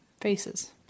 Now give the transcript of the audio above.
faces